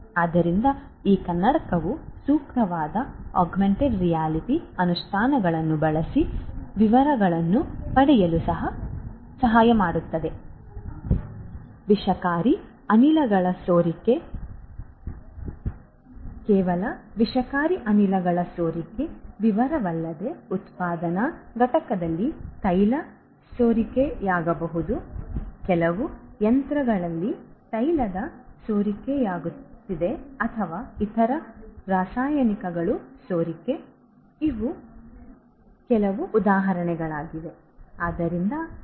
ಆದ್ದರಿಂದ ಈ ಕನ್ನಡಕವು ಸೂಕ್ತವಾದ ಆಗ್ಮೆಂಟೆಡ್ ರಿಯಾಲಿಟಿ ಅನುಷ್ಠಾನಗಳನ್ನು ಬಳಸಿ ವಿವರಗಳನ್ನು ಪಡೆಯಲು ಸಹಾಯ ಮಾಡುತ್ತದೆ ವಿಷಕಾರಿ ಅನಿಲಗಳ ಸೋರಿಕೆ ಕೇವಲ ವಿಷಕಾರಿ ಅನಿಲಗಳ ಸೋರಿಕೆ ವಿವರಗಳಲ್ಲದೆ ಉತ್ಪಾದನಾ ಘಟಕದಲ್ಲಿ ತೈಲ ಸೋರಿಕೆಯಾಗಬಹುದು ಕೆಲವು ಯಂತ್ರದಲ್ಲಿ ತೈಲದ ಸೋರಿಕೆಯಾಗುತ್ತಿದೆ ಅಥವಾ ಇತರ ರಾಸಾಯನಿಕಗಳ ಸೋರಿಕೆ ಇವು ಕೆಲವು ಉದಾಹರಣೆಗಳಾಗಿವೆ